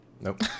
Nope